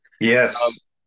Yes